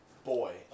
Boy